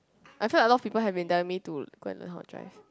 I feel like a lot of people have been telling me to go and learn how to drive